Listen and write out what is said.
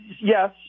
yes